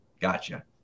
gotcha